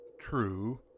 True